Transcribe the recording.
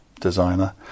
designer